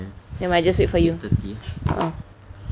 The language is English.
nevermind just wait for you a'ah